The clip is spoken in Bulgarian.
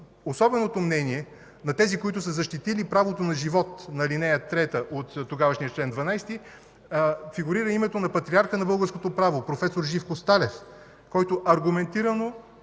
особеното мнение на тези, които са защитили правото на живот на ал. 3 от тогавашния чл. 12, фигурира името на патриарха на българското право проф. Живко Сталев, който аргументирано